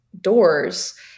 doors